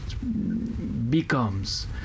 becomes